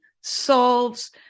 solves